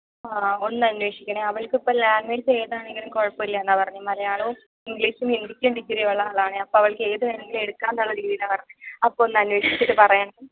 ആഹ് ഒന്ന് അന്വേഷിക്കണേ അവള്ക്കിപ്പം ലാംഗ്വേജ് ഏതാണെങ്കിലും കുഴപ്പം ഇല്ല എന്നാണ് പറഞ്ഞത് മലയാളവും ഇംഗ്ലീഷും ഹിന്ദിക്കും ഡിഗ്രി ഉള്ള ആളാണേ അപ്പം അവള്ക്കേത് വേണമെങ്കിലും എടുക്കാം എന്നുള്ള രീതിയിലാണ് പറഞ്ഞത് അപ്പോൾ ഒന്ന് അന്വേഷിച്ചിട്ട് പറയണേ